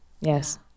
Yes